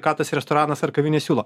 ką tas restoranas ar kavinė siūlo